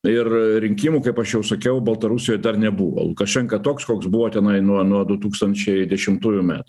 ir rinkimų kaip aš jau sakiau baltarusijoj dar nebuvo o lukašenka toks koks buvo tenai nuo nuo du tūkstančiai dešimtųjų metų